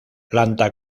planta